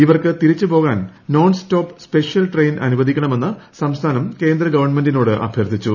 ഇവർക്ക് തിരിച്ച് പോകാൻ നോൺ സ്റ്റോപ് സ്പെഷ്യൽ ട്രെയിൻ അനുവദിക്കണമെന്ന് സംസ്ഥാനം കേന്ദ്ര ഗവൺമെന്റിനോട് അഭ്യർത്ഥിച്ചു